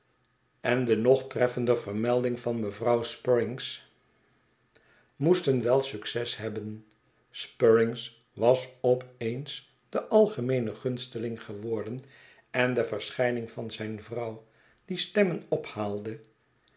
en de nog treffender vermelding van vrouw spruggins moesten wel succes hebben spruggins was op eens de algerneene gunsteling geworden en de verschijning van zijn vrouw die stemmen ophaalde